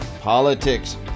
politics